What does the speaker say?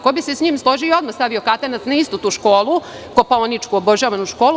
Ko bi se sa njim složio i odmah stavio katanac na istu tu školu, obožavanu kopaoničku školu?